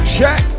Check